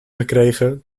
gekregen